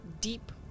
Deep